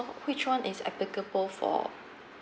which one is applicable for